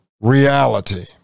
reality